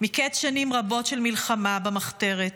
"מקץ שנים רבות של מלחמה במחתרת,